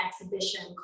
exhibition